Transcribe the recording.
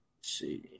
see